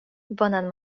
bonan